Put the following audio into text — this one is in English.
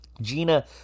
Gina